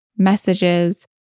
messages